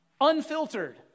unfiltered